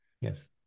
Yes